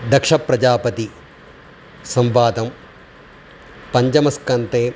दक्षप्रजापतेः संवादः पञ्चमस्कन्दे